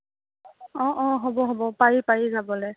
অঁ অঁ হ'ব হ'ব পাৰি পাৰি যাবলৈ